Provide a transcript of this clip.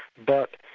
but